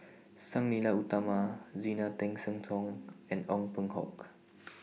Sang Nila Utama Zena Tessensohn Tong and Ong Peng Hock